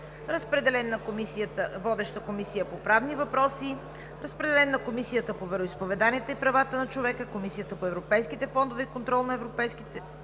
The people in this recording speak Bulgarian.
Разпределен е на Комисията по вероизповеданията и правата на човека, Комисията по европейските въпроси и контрол на европейските фондове,